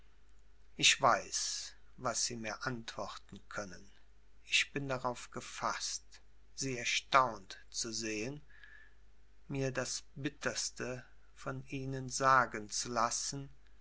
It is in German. ich weiß was sie mir antworten können ich bin darauf gefaßt sie erstaunt zu sehen mir das bitterste von ihnen sagen zu lassen